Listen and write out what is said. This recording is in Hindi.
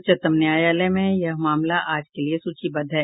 उच्चतम न्यायालय में यह मामला आज के लिए सूचीबद्ध है